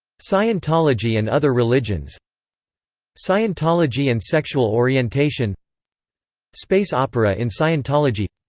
scientology and other religions scientology and sexual orientation space opera in scientology